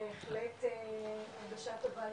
בהחלט בשעה טובה,